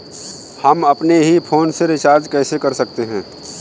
हम अपने ही फोन से रिचार्ज कैसे कर सकते हैं?